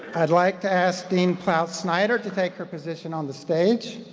i'd like to ask dean ploutz-snyder to take her position on the stage.